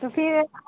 تو پھر